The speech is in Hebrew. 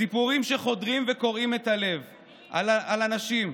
סיפורים שחודרים וקורעים את הלב על הנשים,